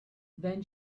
then